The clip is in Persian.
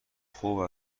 خوب